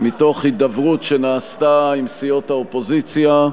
בהידברות עם סיעות האופוזיציה.